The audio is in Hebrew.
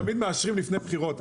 תמיד מאשרים לפני בחירות.